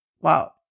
wow